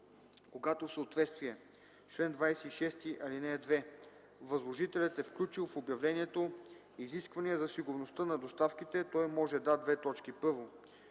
Когато в съответствие с чл. 26, ал. 2 възложителят е включил в обявлението изисквания за сигурността на доставките, той може да: 1. поиска